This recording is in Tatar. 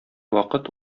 вакыт